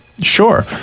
sure